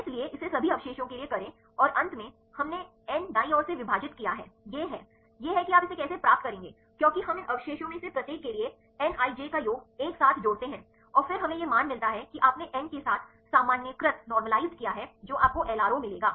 इसलिए इसे सभी अवशेषों के लिए करें और अंत में हमने n दाईं ओर से विभाजित किया है यह है यह है कि आप इसे कैसे प्राप्त करेंगे क्योंकि हम इन अवशेषों में से प्रत्येक के लिए n ij का योग एक साथ जोड़ते हैं और फिर हमें यह मान मिलता है कि आपने n के साथ सामान्यीकृत किया है जो आपको LRO मिलेगा